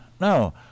No